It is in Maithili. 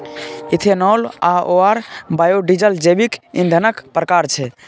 इथेनॉल आओर बायोडीजल जैविक ईंधनक प्रकार छै